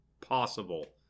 possible